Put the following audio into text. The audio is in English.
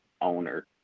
owner